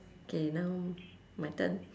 okay now my turn